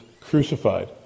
crucified